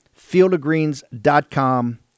Fieldofgreens.com